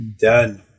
Done